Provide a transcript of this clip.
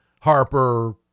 Harper